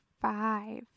five